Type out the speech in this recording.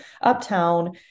uptown